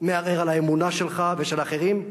מערער על האמונה שלך ושל אחרים,